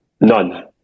None